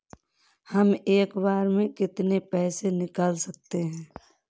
हम एक बार में कितनी पैसे निकाल सकते हैं?